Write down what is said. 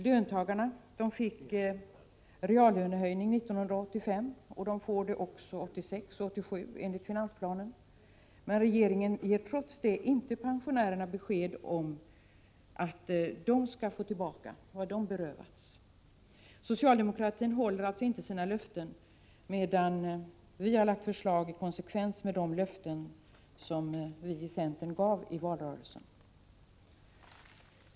Löntagarna fick reallönehöjning 1985 och får det också 1986 och 1987 enligt finansplanen, men regeringen ger trots det inte pensionärerna besked om att de skall få tillbaka vad de berövats. Socialdemokratin håller alltså inte sina löften, medan vi i centern har lagt fram förslag i konsekvens med de löften som vi gav i valrörelsen.